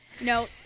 No